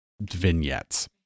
vignettes